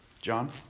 John